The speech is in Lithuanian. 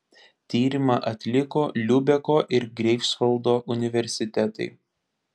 tyrimą atliko liubeko ir greifsvaldo universitetai